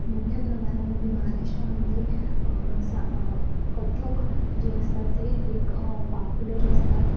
मोठ्या प्रमाणामध्ये महाराष्ट्रामध्ये सा कथ्थक जे असतात ते एक पाप्युलर असतात